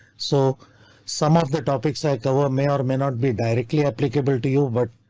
so some of the topics i cover may or may not be directly applicable to you, but.